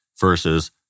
versus